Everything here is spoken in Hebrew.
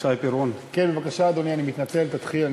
שי פירון, כן, בבקשה, אדוני, אני מתנצל, תתחיל.